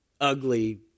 ugly